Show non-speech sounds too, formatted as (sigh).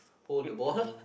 hold the ball (noise)